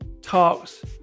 talks